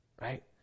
Right